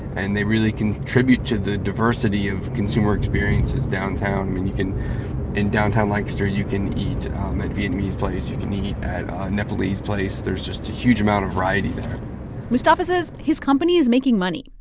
and they really contribute to the diversity of consumer experiences downtown. and you can in downtown lancaster, you can eat at um a vietnamese place. you can eat at a nepalese place. there's just a huge amount of variety there mustafa says his company is making money,